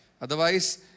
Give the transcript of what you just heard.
Otherwise